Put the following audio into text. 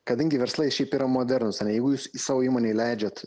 kadangi verslai šiaip yra modernūs ane jeigu jūs savo įmonėj leidžiat